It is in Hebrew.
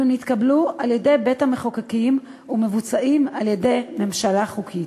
אם הם נתקבלו על-ידי בית-המחוקקים ומבוצעים על-ידי ממשלה חוקית".